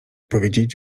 powiedzieć